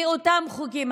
מאותם חוקים.